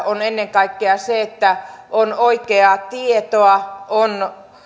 on ennen kaikkea siitä että on oikeaa tietoa on